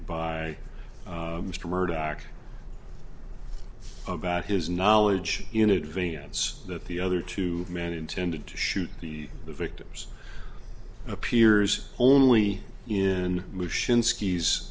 by mr murdoch about his knowledge in advance that the other two men intended to shoot the victims appears only in motion skis